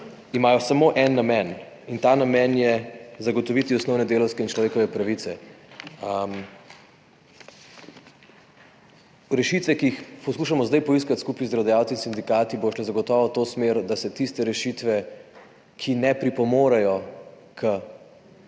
nadzor, samo en, in ta namen je zagotoviti osnovne delavske in človekove pravice. Rešitve, ki jih poskušamo zdaj poiskati skupaj z delodajalci in sindikati, bodo šle zagotovo v to smer, da se tiste rešitve, ki ne pripomorejo k